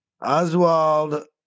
Oswald